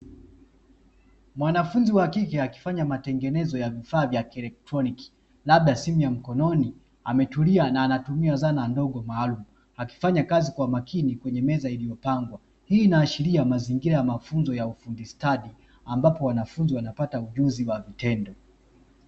Mwanafunzi wa kike akifanya matengenezo ya vifaa vya kielektroniki labda simu ya mkononi ametulia na anatumia dhana ndogo maalumu, akifanya kazi kwa makini kwenye meza iliyopangwa, hii inaashiria mazingira ya mafunzo ya ufundi stadi ambapo wanafunzi wanapata ujuzi wa vitendo.